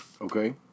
Okay